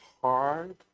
hard